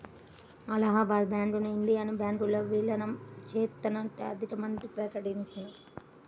అలహాబాద్ బ్యాంకును ఇండియన్ బ్యాంకులో విలీనం చేత్తన్నట్లు ఆర్థికమంత్రి ప్రకటించారు